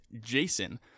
Jason